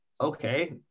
okay